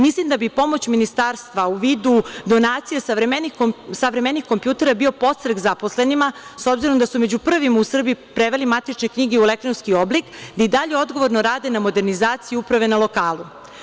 Mislim da bi pomoć ministarstva u vidu donacija savremenih kompjutera bio podstrek zaposlenima, s obzirom da su među prvima u Srbiji preveli matične knjige u elektronski oblik, da i dalje odgovorno rade na modernizaciji uprave na lokalu.